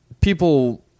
people